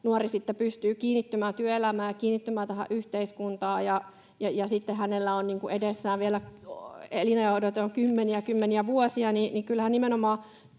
sitten pystyy kiinnittymään työelämään ja kiinnittymään tähän yhteiskuntaan ja hänellä on elinajanodote vielä kymmeniä ja kymmeniä vuosia, niin kyllähän nimenomaan